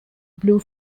blue